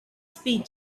speed